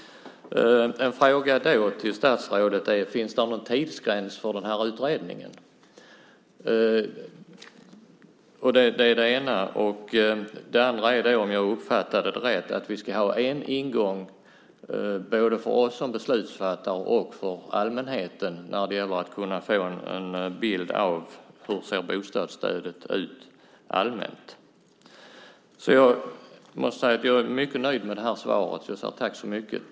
En fråga till statsrådet är: Finns det någon tidsgräns för denna utredning? Jag undrar också om jag uppfattade det rätt att vi ska ha en ingång både för oss beslutsfattare och för allmänheten när det gäller att kunna få en bild av hur bostadsstödet allmänt ser ut. Jag måste säga att jag är mycket nöjd med detta svar. Tack så mycket!